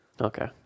Okay